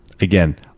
again